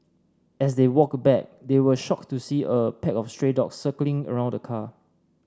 as they walked back they were shocked to see a pack of stray dogs circling around the car